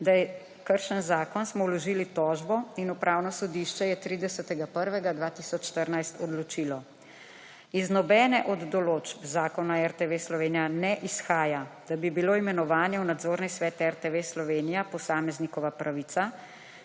da je kršen zakon smo vložili tožbo in Upravno sodišče je 30. 1. 2014 odločilo, iz nobene od določb Zakona o RTV ne izhaja, da bi bilo imenovanje v nadzorni svet RTV Slovenija posameznikova pravica